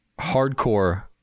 hardcore